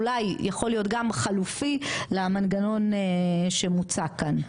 אולי יכול להיות גם חלופי למנגנון שמוצג כאן.